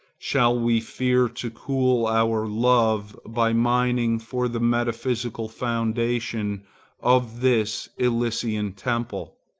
shall we fear to cool our love by mining for the metaphysical foundation of this elysian temple?